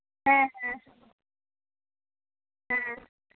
ᱦᱮᱸ ᱦᱮᱸ ᱦᱮᱸ